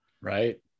Right